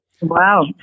wow